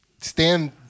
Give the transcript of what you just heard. stand